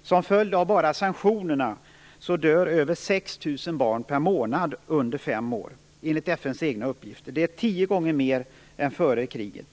Enbart till följd av sanktionerna dör 6 000 barn under 5 år per månad enligt FN:s egna uppgifter. Det är 10 gånger fler än före kriget.